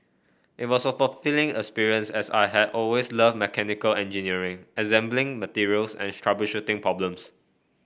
it was a fulfilling experience as I had always loved mechanical engineering assembling materials and troubleshooting problems